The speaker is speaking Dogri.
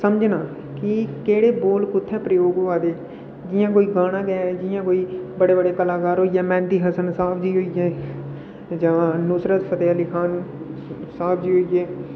समझना के केह्ड़े बोल कुत्थै प्रयोग होआ दे जि'यां कोई गाना गै एह जि'यां बड़े बड़े कलाकार होई गे मैंहदी हसन साहब जां नुसरत फते अली खान साहब जो के